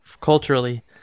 culturally